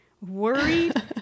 worried